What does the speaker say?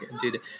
dude